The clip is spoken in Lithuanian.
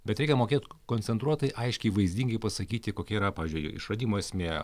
bet reikia mokėt koncentruotai aiškiai vaizdingai pasakyti kokia yra pavyzdžiui išradimo esmė